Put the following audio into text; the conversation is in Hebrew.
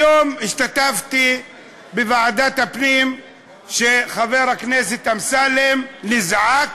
היום השתתפתי בישיבת ועדת הפנים כשחבר הכנסת אמסלם נזעק